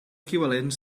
equivalent